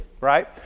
right